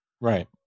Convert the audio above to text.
Right